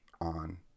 on